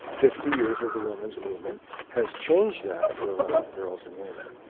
fifty years of the women's movement has changed that for a lot of girls and women.